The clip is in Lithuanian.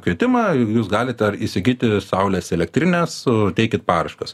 kvietimą jūs galite įsigyti saulės elektrinę suteikit paraiškas